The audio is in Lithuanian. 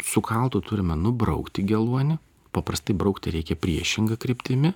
su kaltu turime nubraukti geluonį paprastai brukti reikia priešinga kryptimi